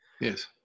Yes